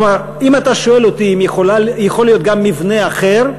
אם אתה שואל אותי אם יכול להיות גם מבנה אחר,